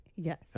yes